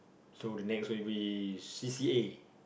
so the next will be c_c_a